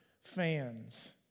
fans